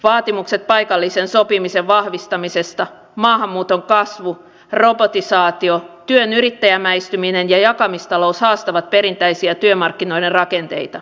vaatimukset paikallisen sopimisen vahvistamisesta maahanmuuton kasvu robotisaatio työn yrittäjämäistyminen ja jakamistalous haastavat perinteisiä työmarkkinoiden rakenteita